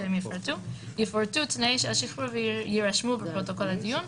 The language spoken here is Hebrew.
שיפורטו - יפורטו תנאי השחרור ויירשמו בפרוטוקול הדיון,